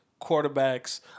quarterbacks